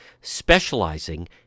specializing